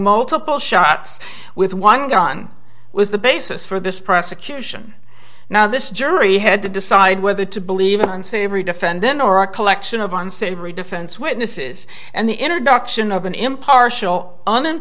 multiple shots with one gun was the basis for this prosecution now this jury had to decide whether to believe an unsavory defendant or a collection of unsavory defense witnesses and the introduction of an impartial